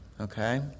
Okay